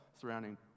surrounding